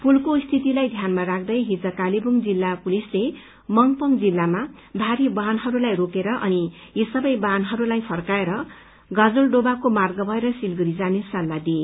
पुलको स्थितिलाई ध्यानमा राख्दै हिज कालेबुङ जिल्ला पुलिसले मंगपंग क्षेत्रमा भारी वाहनहरूलाई रोकेर यी सबै वाहनहरूलाई फर्काएर गाजोलडोबाको मार्ग भएर सिलगढी जाने सल्लाह दिए